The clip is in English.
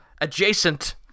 adjacent